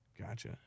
Gotcha